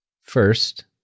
First